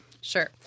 Sure